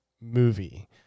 movie